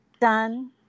done